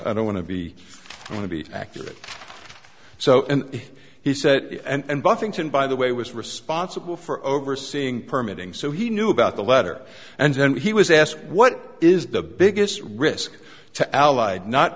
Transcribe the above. i don't want to be going to be accurate so he said and buffington by the way was responsible for overseeing permitting so he knew about the letter and then he was asked what is the biggest risk to allied not